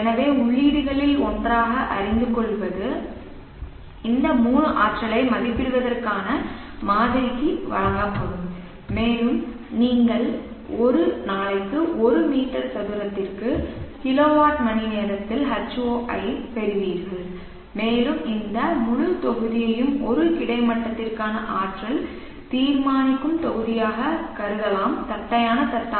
எனவே உள்ளீடுகளில் ஒன்றாக அறிந்துகொள்வது இந்த 3 ஆற்றலை மதிப்பிடுவதற்கான மாதிரிக்கு வழங்கப்படும் மேலும் நீங்கள் ஒரு நாளைக்கு ஒரு மீட்டர் சதுரத்திற்கு கிலோவாட் மணிநேரத்தில் H0 ஐப் பெறுவீர்கள் மேலும் இந்த முழுத் தொகுதியையும் ஒரு கிடைமட்டத்திற்கான ஆற்றல் தீர்மானிக்கும் தொகுதியாகக் கருதலாம் தட்டையான தட்டு